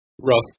Russ